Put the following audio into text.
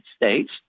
States